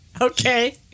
okay